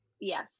yes